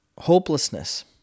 Hopelessness